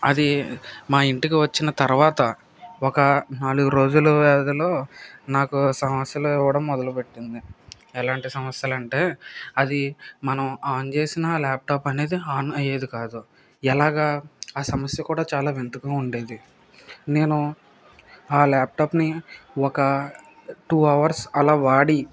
అది మా ఇంటికి వచ్చిన తర్వాత ఒక నాలుగు రోజుల వ్యవధిలో నాకు సమస్యలు ఇవ్వడం మొదలు పెట్టింది ఎలాంటి సమస్యలు అంటే అది మనం ఆన్ చేసినా ల్యాప్టాప్ అనేది ఆన్ అయ్యేది కాదు ఎలాగా ఆ సమస్య కూడా చాలా వింతగా ఉండేది నేను ఆ ల్యాప్టాప్ని ఒక టు అవర్స్ అలా వాడి